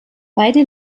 beide